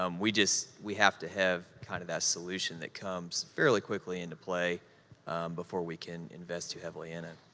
um we just, we have to have kind of that solution that comes fairly quickly into play before we can invest too heavily in it.